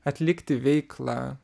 atlikti veiklą